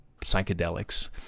psychedelics